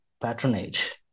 patronage